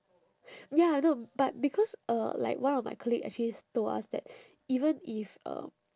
ya no but because uh like one of my colleague actually told us that even if uh